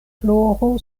floro